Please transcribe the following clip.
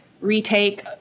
retake